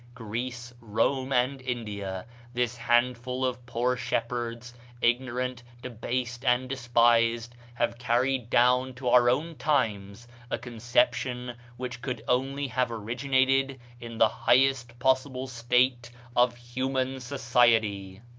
greece, rome, and india this handful of poor shepherds ignorant, debased, and despised have carried down to our own times a conception which could only have originated in the highest possible state of human society.